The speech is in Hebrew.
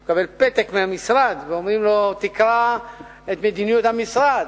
הוא מקבל פתק מהמשרד ואומרים לו: תקרא את מדיניות המשרד.